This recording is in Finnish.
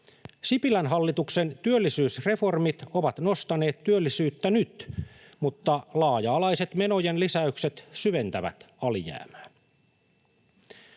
Sipilän hallituksen työllisyysreformit ovat nostaneet työllisyyttä nyt, mutta laaja-alaiset menojen lisäykset syventävät alijäämää.